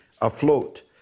afloat